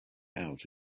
out